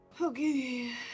Okay